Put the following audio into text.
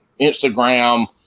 Instagram